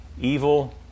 evil